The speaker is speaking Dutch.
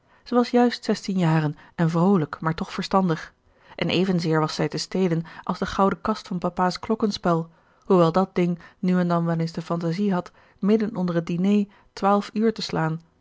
was juist zestien jaren en vrolijk maar toch verstandig en evenzeer was zij te stelen als de gouden kast van papaas klokkenspel hoewel dat ding nu en dan wel eens de fantaisie had midden onder het diner twaalf uur te slaan